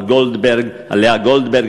על לאה גולדברג,